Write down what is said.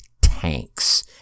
tanks